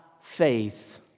faith